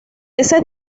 ese